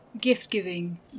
gift-giving